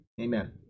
Amen